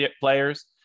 players